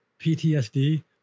PTSD